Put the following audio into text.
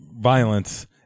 violence